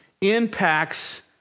impacts